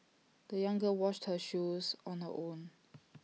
the young girl washed her shoes on her own